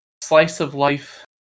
slice-of-life